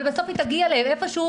אבל בסוף היא תגיע איפשהו,